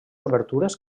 obertures